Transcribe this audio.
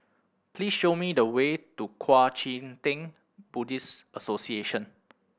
please show me the way to Kuang Chee Tng Buddhist Association